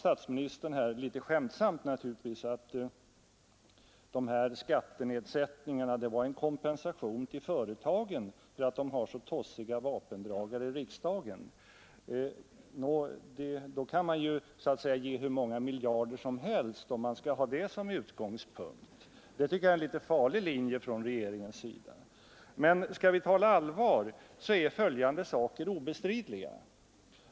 Statsministern sade, litet skämtsamt naturligtvis, att skattenedsättningarna var en kompensation till företagen för att de har så tossiga vapendragare i riksdagen. Om man skall ha det som utgångspunkt kan man ge ut hur många miljarder som helst. Det tycker jag är en litet farlig linje från regeringens sida. Men skall vi tala allvar, är följande saker obestridliga.